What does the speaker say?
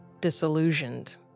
disillusioned